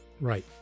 Right